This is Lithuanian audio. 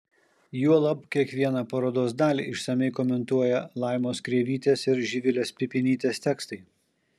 juolab kiekvieną parodos dalį išsamiai komentuoja laimos kreivytės ir živilės pipinytės tekstai